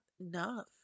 enough